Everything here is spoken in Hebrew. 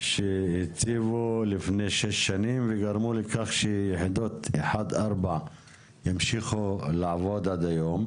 שהציבו לפני שנים וגרמו לכך שיחידות 4-1 המשיכו לעבוד עד היום.